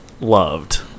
loved